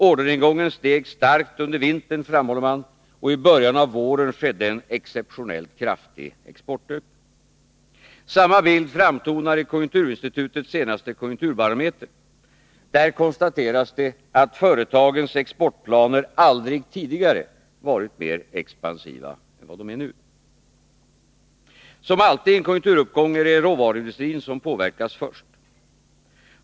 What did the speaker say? Orderingången steg starkt under vintern, framhåller man, och i början av våren skedde ”en exceptionellt kraftig exportökning”. Samma bild framtonar i konjunkturinstitutets senaste konjunkturbarometer, där det konstateras att företagens exportplaner aldrig tidigare varit mer expansiva än de är nu. Som alltid i en konjunkturuppgång är det råvaruindustrin som påverkas först.